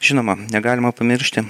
žinoma negalima pamiršti